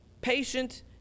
patient